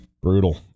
Brutal